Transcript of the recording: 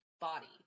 body